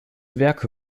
werke